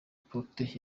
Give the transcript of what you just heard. protais